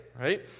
right